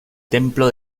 templo